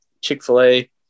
Chick-fil-A